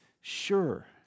sure